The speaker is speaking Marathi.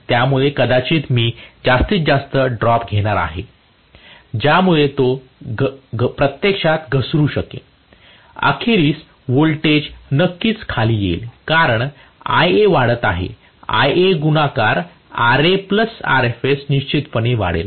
त्यामुळे कदाचित मी जास्तीत जास्त ड्रॉप घेणार आहे ज्यामुळे तो प्रत्यक्षात घसरू शकेल अखेरीस व्होल्टेज नक्कीच खाली येईल कारण Ia वाढत आहे Ia गुणाकार Ra प्लस Rfs निश्चितपणे वाढेल